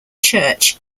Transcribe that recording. church